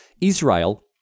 Israel